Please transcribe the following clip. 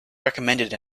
recommended